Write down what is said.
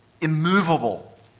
immovable